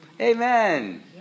Amen